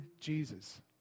Jesus